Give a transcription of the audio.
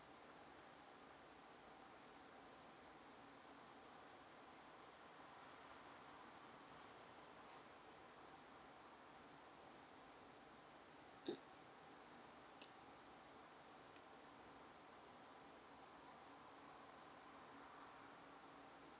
mm